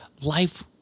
life